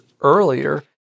earlier